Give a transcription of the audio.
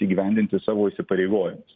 įgyvendinti savo įsipareigojimus